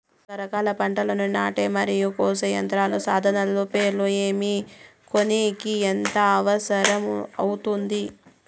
రకరకాల పంటలని నాటే మరియు కోసే యంత్రాలు, సాధనాలు పేర్లు ఏమి, కొనేకి ఎంత అవసరం అవుతుంది?